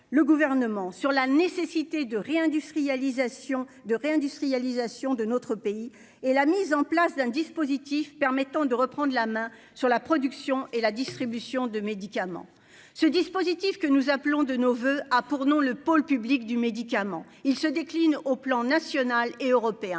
le gouvernement sur la nécessité de réindustrialisation de réindustrialisation de notre pays et la mise en place d'un dispositif permettant de reprendre la main sur la production et la distribution de médicaments, ce dispositif que nous appelons de nos voeux, a pour nom le pôle public du médicament, il se décline au plan national et européen,